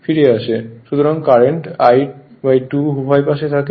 সুতরাং current I2 উভয় পাশে থাকে